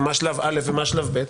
מה שלב א' ומה שלב ב',